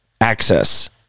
access